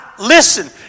listen